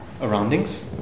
surroundings